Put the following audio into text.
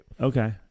okay